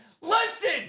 listen